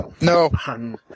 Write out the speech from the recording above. No